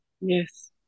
Yes